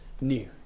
new